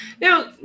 Now